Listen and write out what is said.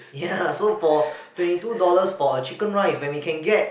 ya so for twenty two dollars for a chicken rice when we can get